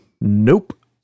Nope